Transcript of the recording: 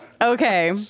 okay